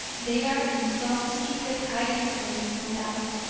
they are in some secret hiding-place, no doubt,